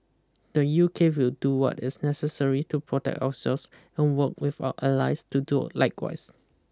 the U K will do what is necessary to protect ourselves and work with our allies to do likewise